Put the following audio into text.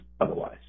otherwise